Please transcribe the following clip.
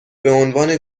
بعنوان